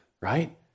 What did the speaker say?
right